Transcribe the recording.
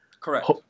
Correct